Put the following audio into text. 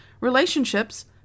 relationships